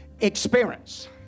experience